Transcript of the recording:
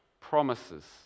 promises